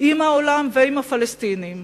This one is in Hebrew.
עם העולם ועם הפלסטינים